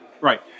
Right